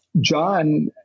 John